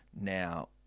Now